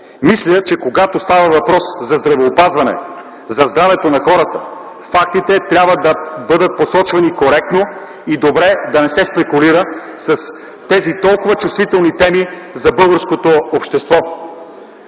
вопли. Когато става въпрос за здравеопазване, за здравето на хората, фактите трябва да бъдат посочвани коректно. Добре е да не се спекулира с тези толкова чувствителни теми за българското общество.